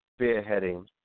spearheading